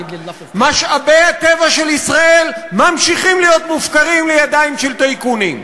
משאבי הטבע של ישראל ממשיכים להיות מופקרים לידיים של טייקונים.